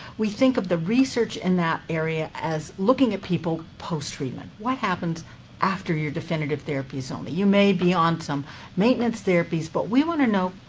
we think of the research in that area as looking at people posttreatment. what happens after your definitive therapies only? you may be on some maintenance therapies. but we want to know,